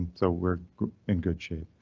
so we're in good shape.